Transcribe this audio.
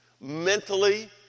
mentally